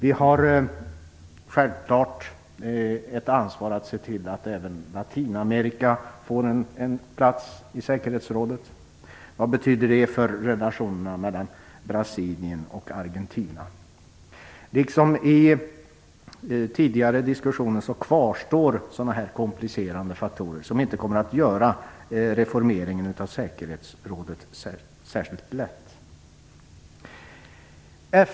Vi har självfallet ett ansvar att se till att även Latinamerika får en plats i säkerhetsrådet. Vad betyder det för relationerna mellan Brasilien och Argentina? Liksom i tidigare diskussioner kvarstår sådana här komplicerande faktorer som inte kommer att göra reformeringen av säkerhetsrådet särskilt lätt.